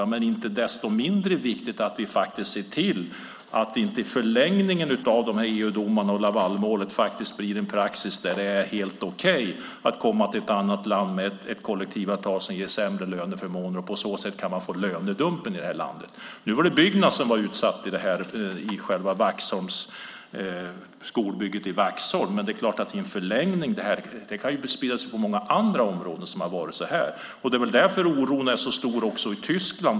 Men det är då inte desto mindre viktigt att vi ser till att det inte i förlängningen av dessa EU-domar och Lavalmålet blir en praxis där det är helt okej att komma till ett annat land med ett kollektivavtal som ger sämre löner och förmåner. På så sätt kan man få lönedumpning i detta land. Nu var det Byggnads som var utsatt vid skolbygget i Vaxholm. Men i en förlängning kan detta spridas till många andra områden. Det är väl därför som oron är så stor också i Tyskland.